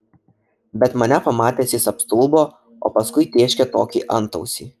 bet mane pamatęs jis apstulbo o paskui tėškė tokį antausį